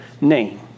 name